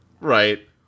Right